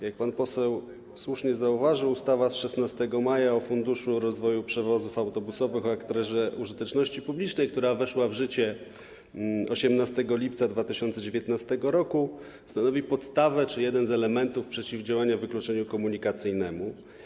Jak pan poseł słusznie zauważył, ustawa z 16 maja o Funduszu rozwoju przewozów autobusowych o charakterze użyteczności publicznej, która weszła w życie 18 lipca 2019 r., stanowi podstawę czy jeden z elementów przeciwdziałania wykluczeniu komunikacyjnemu.